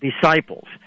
disciples